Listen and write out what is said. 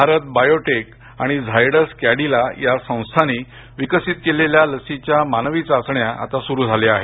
Bharat biotech आणि झायडस कॅडीला या संस्थांनी विकसित केलेल्या लसीच्या मानवी चाचण्या सुरु झाल्या आहेत